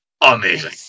amazing